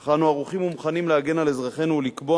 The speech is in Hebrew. אך אנו ערוכים ומוכנים להגן על אזרחינו ולקבוע